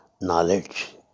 knowledge